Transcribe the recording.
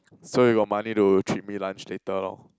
so you got money to treat me lunch later lor